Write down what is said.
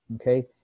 okay